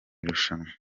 rushanwa